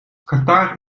qatar